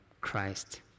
Christ